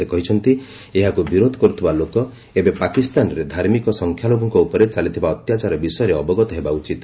ସେ କହିଛନ୍ତି ଏହାକୁ ବିରୋଧ କରୁଥିବା ଲୋକ ଏବେ ପାକିସ୍ଥାନରେ ଧାର୍ମିକ ସଂଖ୍ୟାଲଘୁଙ୍କ ଉପରେ ଚାଲିଥିବା ଅତ୍ୟାଚାର ବିଷୟରେ ଅବଗତ ହେବା ଉଚିତ